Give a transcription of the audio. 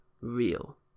real